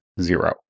zero